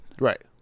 Right